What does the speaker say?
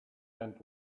and